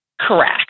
Correct